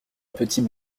petit